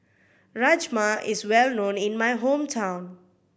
rajma is well known in my hometown